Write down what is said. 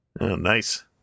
Nice